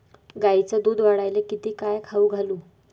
गायीचं दुध वाढवायले तिले काय खाऊ घालू?